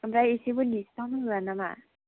आमफ्राय एसेबो डिसकाउन्ट होआ नामा